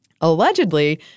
Allegedly